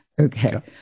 Okay